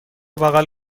بغل